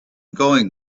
going